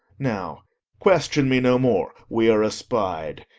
now question me no more we are espied.